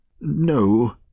No